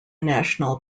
national